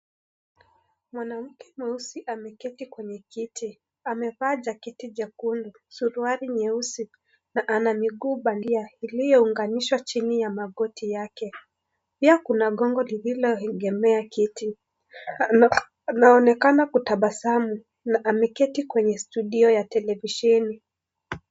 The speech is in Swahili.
Mwanamke mweusi ameketi kwenye kiti, amevaa jaketi jekundu, suruali nyeusi na miguu bandia imeunganishwa chini ya magoti yake pia kuna gongo lililoegemea kwenye kiti aanaonekana kutabasamu na ameketi kwenye studio wa kitelevisheni.